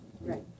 Right